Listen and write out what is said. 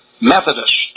Methodist